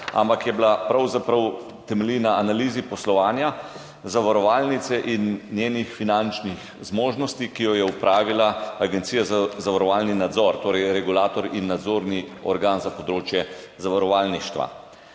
ampak pravzaprav temelji na analizi poslovanja zavarovalnice in njenih finančnih zmožnosti, ki jo je opravila Agencija za zavarovalni nadzor, torej regulator in nadzorni organ za področje zavarovalništva.